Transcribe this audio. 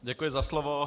Děkuji za slovo.